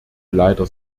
leider